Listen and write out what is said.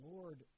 Lord